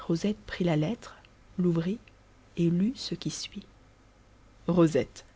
rosette prit la lettre l'ouvrit et lut ce qui suit rosette